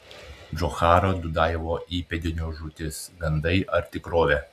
džocharo dudajevo įpėdinio žūtis gandai ar tikrovė